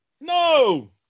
No